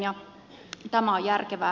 tämä on järkevää